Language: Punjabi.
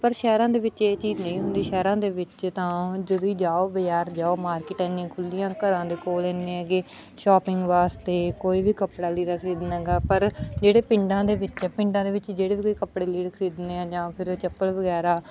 ਪਰ ਸ਼ਹਿਰਾਂ ਦੇ ਵਿੱਚ ਇਹ ਚੀਜ਼ ਨਹੀਂ ਹੁੰਦੀ ਸ਼ਹਿਰਾਂ ਦੇ ਵਿੱਚ ਤਾਂ ਜਦੋਂ ਹੀ ਜਾਓ ਬਜ਼ਾਰ ਜਾਓ ਮਾਰਕੀਟ ਇੰਨੀਆਂ ਖੁੱਲ੍ਹੀਆਂ ਘਰਾਂ ਦੇ ਕੋਲ ਇੰਨੇ ਹੈਗੇ ਸ਼ੋਪਿੰਗ ਵਾਸਤੇ ਕੋਈ ਵੀ ਕੱਪੜਾ ਲੀੜਾ ਖਰੀਦਣਾ ਹੈਗਾ ਪਰ ਜਿਹੜੇ ਪਿੰਡਾਂ ਦੇ ਵਿੱਚ ਪਿੰਡਾਂ ਦੇ ਵਿੱਚ ਜਿਹੜੇ ਵੀ ਕੋਈ ਕੱਪੜੇ ਲੀੜੇ ਖਰੀਦਣੇ ਆ ਜਾਂ ਫਿਰ ਚੱਪਲ ਵਗੈਰਾ